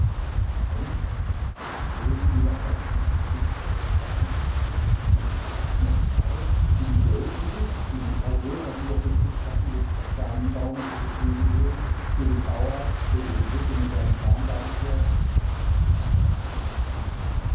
wenn würden überhaupt noch vier tage kommen noch drei noch zwei für die welt gewiß für die drei bürger die dort unten im schatten des kastanienbaumes ihre krüge leeren für den bauer der über die brücke mit seinem planwagen fährt aber für sie